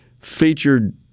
featured